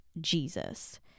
Jesus